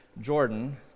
Jordan